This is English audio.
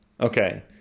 Okay